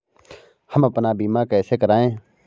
हम अपना बीमा कैसे कराए?